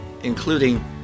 including